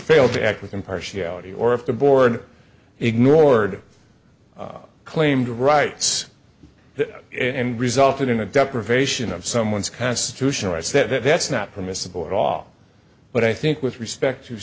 fail to act with impartiality or if the board ignored claimed rights and resulted in a deprivation of someone's constitutional rights that that's not permissible at all but i think with respect to